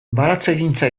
baratzegintza